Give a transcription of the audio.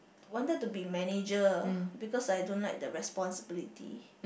wanted to be manager because I don't like the responsibility